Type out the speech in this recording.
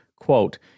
Quote